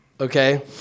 Okay